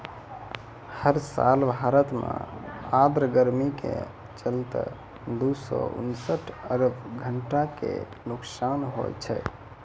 हर साल भारत मॅ आर्द्र गर्मी के चलतॅ दू सौ उनसठ अरब घंटा के नुकसान होय छै